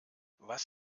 was